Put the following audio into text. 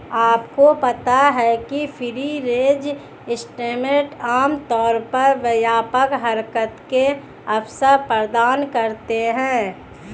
आपको पता है फ्री रेंज सिस्टम आमतौर पर व्यापक हरकत के अवसर प्रदान करते हैं?